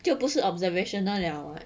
这不是 observational liao [what]